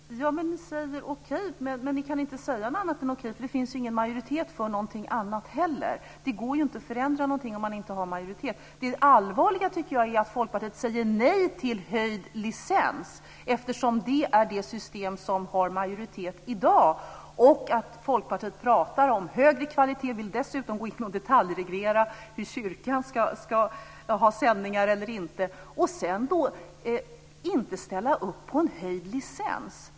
Fru talman! Ni säger okej. Men ni kan ju inte säga något annat än okej, för det finns ingen majoritet för någonting annat heller. Det går inte att förändra någonting om man inte har majoritet. Det allvarliga tycker jag är att Folkpartiet säger nej till höjd licens, eftersom det är det system som har majoritet i dag, och att Folkpartiet pratar om högre kvalitet och dessutom vill detaljreglera om kyrkan ska ha sändningar eller inte. Däremot vill man inte ställa upp på en höjd licens.